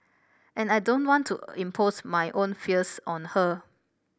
and I don't want to impose my own fears on her